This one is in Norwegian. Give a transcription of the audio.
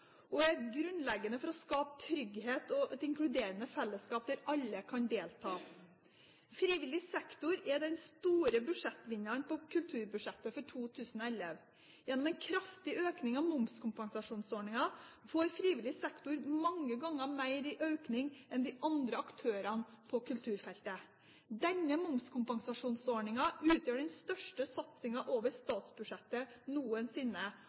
og det er grunnleggende for å skape trygghet og et inkluderende fellesskap der alle kan delta. Frivillig sektor er den store budsjettvinneren på kulturbudsjettet for 2011. Gjennom en kraftig økning av momskompensasjonsordningen får frivillig sektor mange ganger mer i økning enn de andre aktørene på kulturfeltet. Denne momskompensasjonsordningen utgjør den største satsingen over statsbudsjettet noensinne,